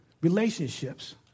Relationships